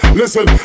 listen